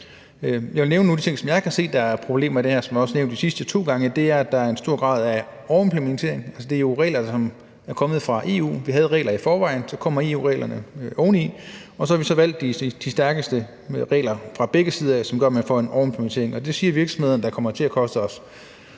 Jeg vil nævne nogle af de ting, som jeg kan se der er problemer i i forbindelse med det her, og som jeg også nævnte de sidste to gange. Og det er, at der er en stor grad af overimplementering. Altså, det er jo regler, som er kommet fra EU. Vi havde regler i forvejen, så kommer EU-reglerne oveni, og så har vi valgt de stærkeste regler fra begge sider, hvilket gør, at man får en overimplementering. Det siger virksomhederne kommer til at koste os